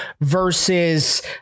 versus